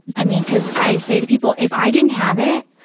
i mean, because i say to people, if i didn't have it,